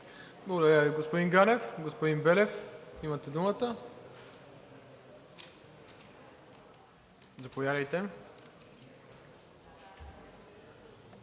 Благодаря Ви, господин Ганев. Господин Белев, имате думата. Заповядайте.